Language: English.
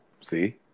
See